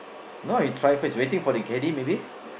no you try first waiting for the carry maybe